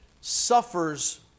suffers